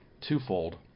twofold